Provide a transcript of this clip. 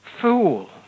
Fool